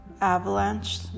Avalanche